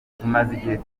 igihe